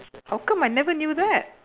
how come I never knew that